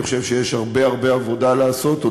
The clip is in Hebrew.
אני חושב שיש הרבה הרבה עבודה לעשות עוד,